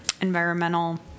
Environmental